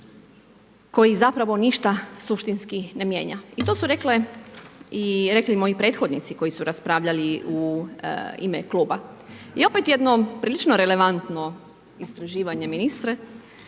koji zapravo ništa suštinski ne mijenja. I to su rekle i rekli moji prethodnici koji su raspravljali u ime kluba. I opet jedno prilično relevantno usluživanje ministre,